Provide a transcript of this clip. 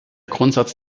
grundsatz